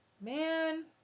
man